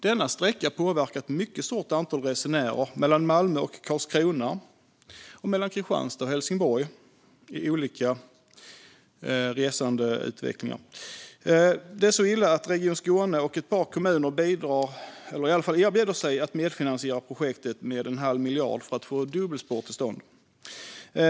Denna sträcka påverkar ett mycket stort antal resenärer mellan Malmö och Karlskrona samt mellan Kristianstad och Helsingborg. Det är så illa att Region Skåne och ett par kommuner erbjuder sig att medfinansiera projektet med en halv miljard för att få dubbelspår till stånd.